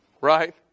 Right